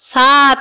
সাত